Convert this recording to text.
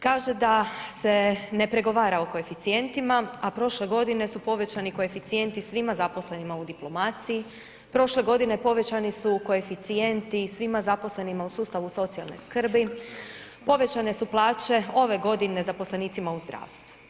Kaže da se ne pregovara o koeficijentima, a prošle godine su povećani koeficijenti svima zaposlenima u diplomacije, prošle godine povećani su koeficijenti svima zaposlenima u sustavu socijalne skrbi, povećane su plaće ove godine zaposlenicima u zdravstvu.